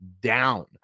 down